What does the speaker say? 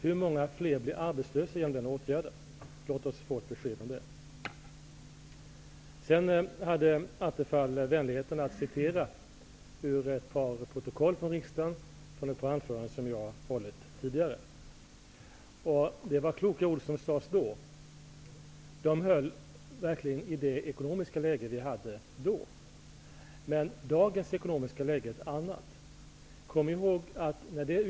Hur många fler blir arbetslösa genom en sådan åtgärd? Låt oss få besked här! Stefan Attefall hade vänligheten att citera ur ett par riksdagsprotokoll. Det gäller ett par anföranden som jag tidigare hållit. Det var kloka ord som då sades. De höll verkligen i det ekonomiska läge som vi då upplevde. Det ekonomiska läget är dock ett annat i dag.